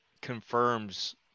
confirms